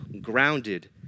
grounded